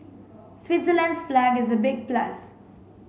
Switzerland's flag is a big plus